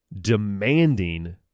demanding